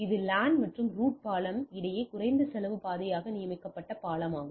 இது லேன் மற்றும் ரூட் பாலம் இடையே குறைந்த செலவு பாதையாக நியமிக்கப்பட்ட பாலமாகும்